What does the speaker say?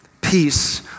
peace